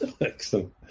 Excellent